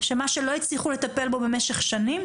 שמה שלא הצליחו לטפל בו במשך שנים,